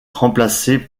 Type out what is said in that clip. remplacé